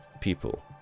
people